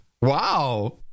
Wow